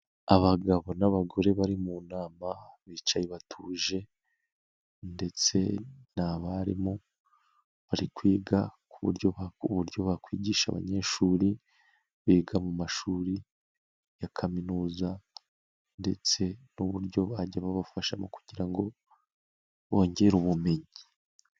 Abagabo n'abagore bari mu nama bicaye batuje ndetse ni abarimu bari kwiga ku buryo bakwigisha abanyeshuri biga mu mashuri ya kaminuza ndetse n'uburyo bajya babafashamo kugira ngo bongere ubumenyi.